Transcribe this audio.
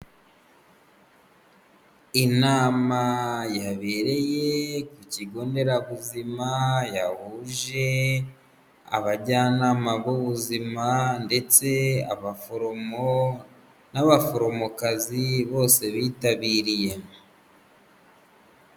Inama yabereye ku kigo nderabuzima yahuje abajyanama b'ubu ubuzima ndetse abaforomo n'abaforomokazi bose bitabiriye.